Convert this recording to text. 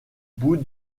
bout